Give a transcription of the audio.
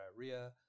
diarrhea